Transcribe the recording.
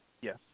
Yes